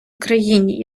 україні